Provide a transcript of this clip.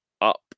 up